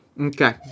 Okay